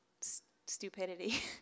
stupidity